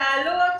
שאלו אותנו,